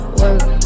work